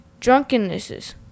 drunkennesses